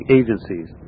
agencies